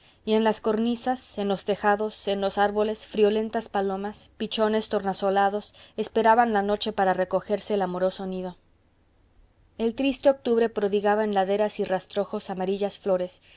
y en las cornisas en los tejados en los árboles friolentas palomas pichones tornasolados esperaban la noche para recogerse al amoroso nido el triste octubre prodigaba en laderas y rastrojos amarillas flores